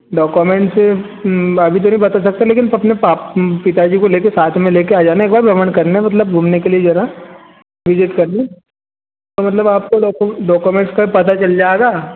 documents आभी तो नही बता सकते लेकिन पा अपने पिता जी को ले कर साथ में ले कर आ जाना एक बार भ्रमण करने मतलब घूमने के लिए जगह भिजिट करने त मतलब आपको डोकु डॉक्युमेंट्स का भी पता चल जाएगा